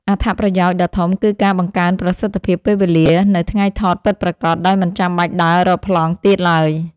អត្ថប្រយោជន៍ដ៏ធំគឺការបង្កើនប្រសិទ្ធភាពពេលវេលានៅថ្ងៃថតពិតប្រាកដ ដោយមិនចាំបាច់ដើររកប្លង់ទៀតឡើយ។